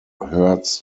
hurts